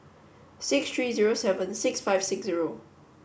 six three zero seven six five six zero